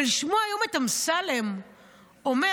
ולשמוע היום את אמסלם אומר,